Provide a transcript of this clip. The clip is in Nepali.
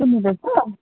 सुन्नुहुँदैछ